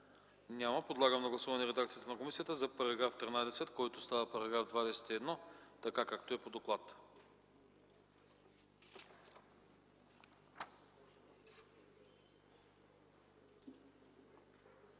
Няма. Подлагам на гласуване редакцията на комисията за § 12, който става § 20, така както е по доклад.